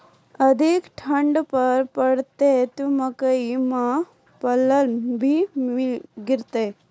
अधिक ठंड पर पड़तैत मकई मां पल्ला भी गिरते?